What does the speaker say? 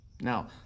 Now